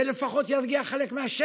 זה ירגיע לפחות חלק מהשטח,